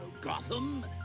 Gotham